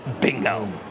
Bingo